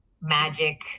magic